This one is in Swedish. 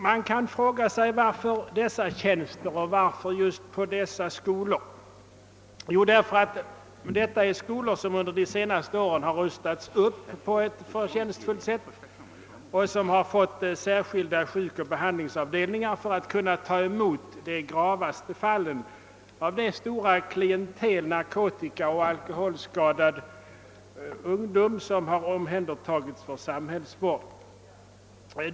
Man kan fråga sig varför vi föreslår just dessa tjänster och just vid dessa skolor. Anledningen är att detta är skolor som under de senaste åren har rustats upp på ett förtjänstfullt sätt och som har fått särskilda sjukoch behandlingsavdelningar för att kunna ta emot de gravaste fallen av det stora klientel narkotikaoch alkoholskadade som har omhändertagits för samhällsvård.